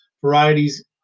varieties